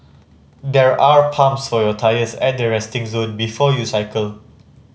there are pumps for your tyres at the resting zone before you cycle